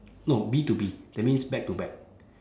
no B to B that means back to back